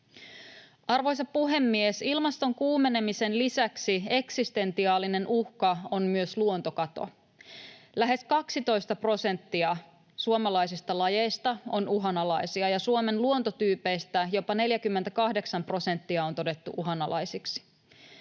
Arvoisa puhemies! Ilmaston kuumenemisen lisäksi eksistentiaalinen uhka on myös luontokato. Lähes 12 prosenttia suomalaisista lajeista on uhanalaisia, ja Suomen luontotyypeistä jopa 48 prosenttia on todettu uhanalaisiksi.